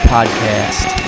Podcast